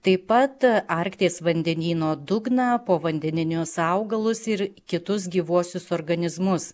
taip pat arkties vandenyno dugną povandeninius augalus ir kitus gyvuosius organizmus